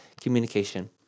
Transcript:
communication